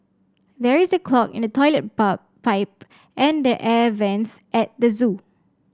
there is a clog in the toilet pipe and the air vents at the zoo